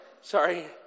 sorry